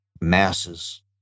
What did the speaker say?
masses